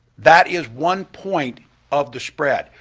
that is one point of the spread.